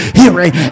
hearing